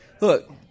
look